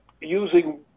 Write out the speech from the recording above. using